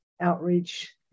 outreach